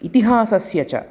इतिहासस्य च